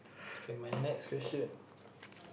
okay my next question